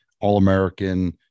All-American